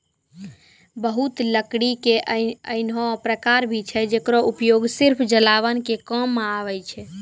बहुत लकड़ी के ऐन्हों प्रकार भी छै जेकरो उपयोग सिर्फ जलावन के काम मॅ आवै छै